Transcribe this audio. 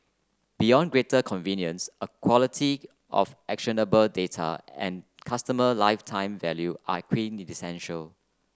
beyond greater convenience a quality of actionable data and customer lifetime value are quintessential